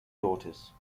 daughters